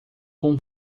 com